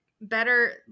better